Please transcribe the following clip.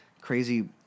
crazy